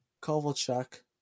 Kovalchuk